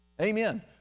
amen